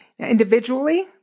Individually